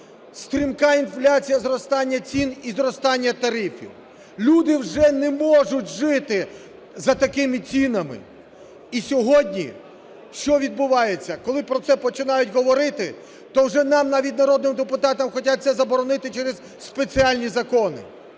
стрімка інфляція, зростання цін і зростання тарифів. Люди вже не можуть жити за такими цінами. І сьогодні що відбувається? Коли про це починають говорити, то вже нам навіть, народним депутатам, хочуть це заборонити через спеціальні закони.